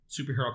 superhero